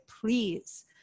Please